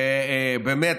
באמת,